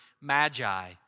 magi